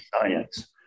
science